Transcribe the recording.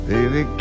Baby